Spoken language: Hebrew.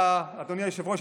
אדוני היושב-ראש,